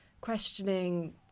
questioning